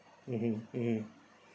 mmhmm mmhmm